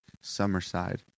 Summerside